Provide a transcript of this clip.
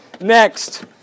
next